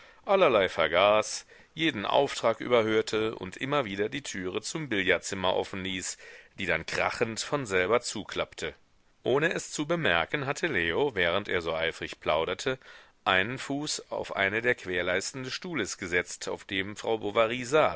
allerlei vergaß jeden auftrag überhörte und immer wieder die türe zum billardzimmer offen ließ die dann krachend von selber zuklappte ohne es zu bemerken hatte leo während er so eifrig plauderte einen fuß auf eine der querleisten des stuhles gesetzt auf dem frau